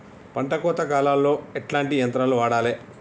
పంట కోత కాలాల్లో ఎట్లాంటి యంత్రాలు వాడాలే?